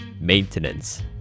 maintenance